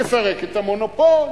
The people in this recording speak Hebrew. תפרק את המונופול.